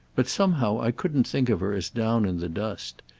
but somehow i couldn't think of her as down in the dust.